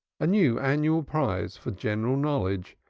a new annual prize for general knowledge,